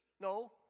No